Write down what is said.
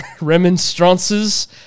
remonstrances